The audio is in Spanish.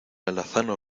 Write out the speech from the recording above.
alazano